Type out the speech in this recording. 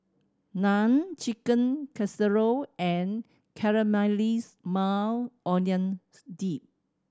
Naan Chicken Casserole and Caramelized Maui Onions Dip